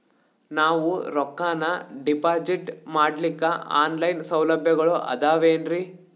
ನಾವು ರೊಕ್ಕನಾ ಡಿಪಾಜಿಟ್ ಮಾಡ್ಲಿಕ್ಕ ಆನ್ ಲೈನ್ ಸೌಲಭ್ಯಗಳು ಆದಾವೇನ್ರಿ?